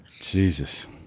Jesus